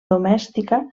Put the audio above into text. domèstica